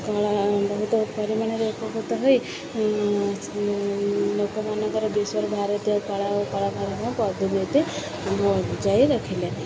କଳା ବହୁତ ପରିମାଣରେ ଉପକୃତ ହୋଇ ଲୋକମାନଙ୍କର ବିଶ୍ୱ ଭାରତୀୟ କଳା ଓ କଳାକାରଙ୍କ ରଖିଲେ